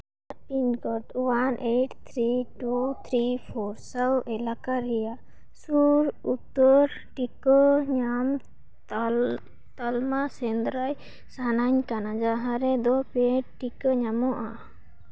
pin code one eight three two three four ᱥᱟᱶ ᱮᱞᱟᱠᱟ ᱨᱮᱭᱟᱜ ᱥᱩᱨ ᱩᱛᱟᱹᱨ ᱴᱤᱠᱟᱹ ᱧᱟᱢ ᱛᱟᱞᱢᱟᱭ ᱥᱮᱸᱫᱽᱨᱟᱭ ᱥᱟᱱᱟᱧ ᱠᱟᱱᱟ ᱡᱟᱦᱟᱸ ᱨᱮᱫᱚ ᱯᱮᱰ ᱴᱤᱠᱟᱹ ᱧᱟᱢᱚᱜᱼᱟ